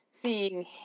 Seeing